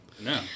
No